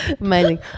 Amazing